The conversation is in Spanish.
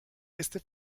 éste